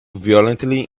violently